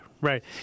Right